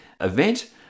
event